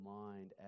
mind